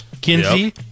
Kinsey